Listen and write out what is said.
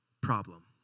problem